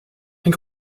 ein